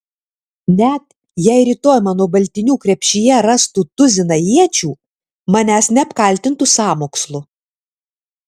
net jei rytoj mano baltinių krepšyje rastų tuziną iečių manęs neapkaltintų sąmokslu